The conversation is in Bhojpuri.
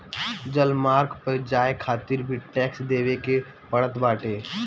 जलमार्ग पअ जाए खातिर भी टेक्स देवे के पड़त बाटे